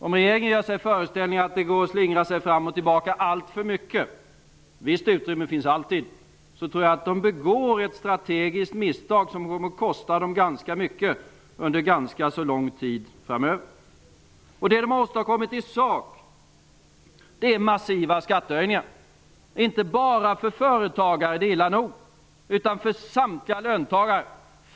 Om regeringen gör sig föreställningen att det går att slingra sig fram och tillbaka alltför mycket - visst utrymme finns alltid - tror jag att regeringen begår ett strategiskt misstag som kommer att kosta ganska mycket under ganska lång tid framöver. Det som regeringen i sak har åstadkommit är massiva skattehöjningar. Det har man gjort inte bara för företagare, vilket är illa nog, utan också för samtliga löntagare.